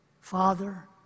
father